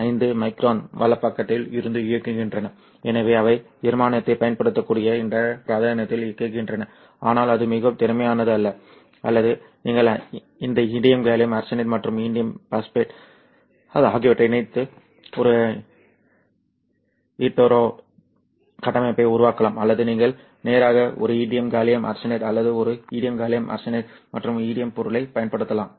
55 micron வலப்பக்கத்தில் இருந்து இயங்குகின்றன எனவே அவை ஜெர்மானியத்தைப் பயன்படுத்தக்கூடிய இந்த பிராந்தியத்தில் இயங்குகின்றன ஆனால் அது மிகவும் திறமையானது அல்ல அல்லது நீங்கள் இந்த இன்டியம் காலியம் ஆர்சனைடு மற்றும் இண்டியம் பாஸ்பேட் ஆகியவற்றை இணைத்து ஒரு ஹீட்டோரோ கட்டமைப்பை உருவாக்கலாம் அல்லது நீங்கள் நேராக ஒரு இண்டியம் காலியம் ஆர்சனைடு அல்லது ஒரு இன்டியம் காலியம் ஆர்சனைடு மற்றும் இன்பி பொருளைப் பயன்படுத்தலாம்